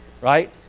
Right